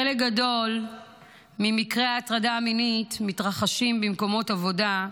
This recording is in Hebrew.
חלק גדול ממקרי ההטרדה המינית מתרחשים במקומות עבודה,